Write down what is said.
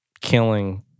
killing